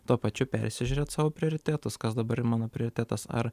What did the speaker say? tuo pačiu persižiūrėt savo prioritetus kas dabar ir mano prioritetas ar